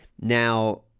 now